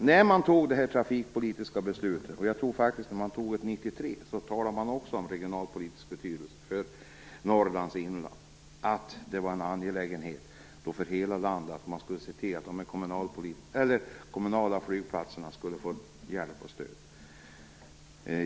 När man fattade det trafikpolitiska beslutet, och även vid ett beslut 1993, talade man också om regionalpolitisk betydelse för Norrlands inland och sade att det var en angelägenhet för hela landet att se till att dessa kommunala flygplatser fick hjälp och stöd.